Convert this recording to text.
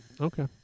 Okay